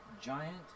Giant